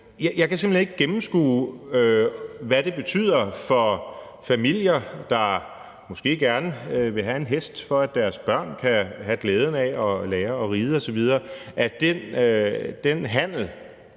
Jeg kan simpelt ikke gennemskue, hvad det betyder for familier, der måske gerne vil have en hest, for at deres børn kan have glæden af at lære at ride osv., at den handel